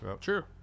True